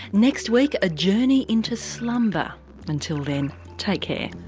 next week a journey into slumber until then take care